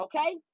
okay